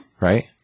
right